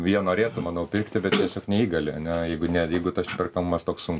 jie norėtų manau pirkti bet tiesiog neįgali ane jeigu ne jeigu tas perkamumas toks sun